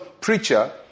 preacher